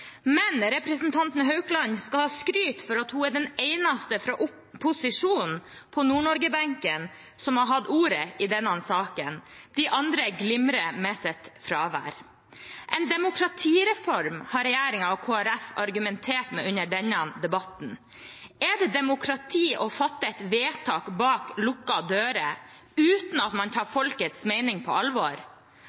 Men representanten Haukland skal ha skryt for å være den eneste fra posisjonen på Nord-Norge-benken som har tatt ordet i denne saken. De andre glimrer med sitt fravær. En demokratireform, har regjeringen og Kristelig Folkeparti argumentert med under denne debatten. Er det demokrati å fatte et vedtak bak lukkede dører uten at man tar folkets mening på alvor?